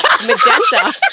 Magenta